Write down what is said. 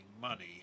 money